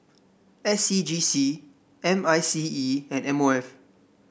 S C G C M I C E and M O F